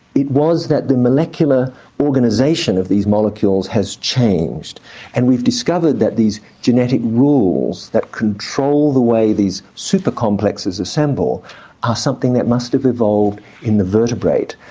it was that the molecular organisation of these molecules has changed and we've discovered that these genetic rules that control the way these super complexes assemble are something that must have evolved in the vertebrate.